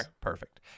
Perfect